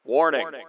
Warning